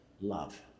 love